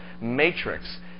matrix